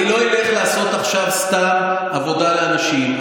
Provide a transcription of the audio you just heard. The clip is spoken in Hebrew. אני לא אלך לעשות עכשיו סתם עבודה לאנשים.